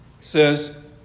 says